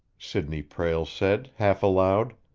sidney prale said, half aloud.